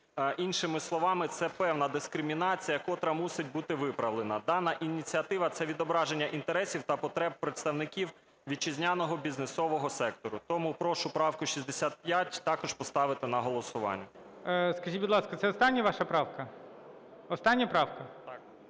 Іншими словами, це певна дискримінація, котра мусить бути виправлена. Дана ініціатива – це відображення інтересів та потреб представників вітчизняного бізнесового сектору. Тому прошу правку 65 також поставити на голосування. ГОЛОВУЮЧИЙ. Скажіть, будь ласка, це остання ваша правка? Остання правка?